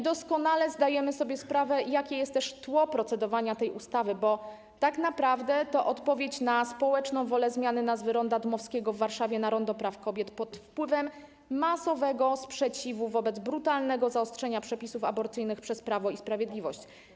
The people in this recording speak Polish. Doskonale zdajemy sobie też sprawę, jakie jest tło procedowania nad tą ustawą, bo tak naprawdę to jest odpowiedź na społeczną wolę zmiany nazwy ronda Dmowskiego w Warszawie na rondo Praw Kobiet pod wpływem masowego sprzeciwu wobec brutalnego zaostrzenia przepisów aborcyjnych przez Prawo i Sprawiedliwość.